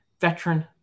veteran